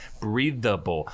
breathable